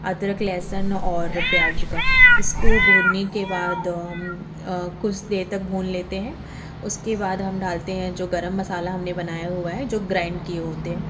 अदरक लहसुन और प्याज़ का इसको भूनने के बाद हम कुस देर तक भून लेते हैं उसके बाद हम डालते हैं जो गर्म मसाला हम ने बनाया हुआ है जो ग्राइंड किए होते हैं